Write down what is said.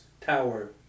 tower